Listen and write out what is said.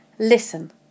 Listen